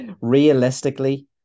realistically